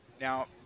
now